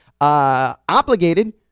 obligated